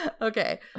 Okay